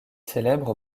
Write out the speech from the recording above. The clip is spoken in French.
célèbre